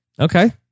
Okay